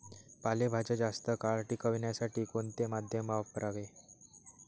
पालेभाज्या जास्त काळ टिकवण्यासाठी कोणते माध्यम वापरावे?